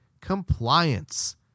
Compliance